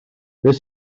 beth